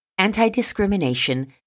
anti-discrimination